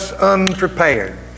unprepared